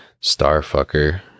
Starfucker